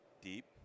deep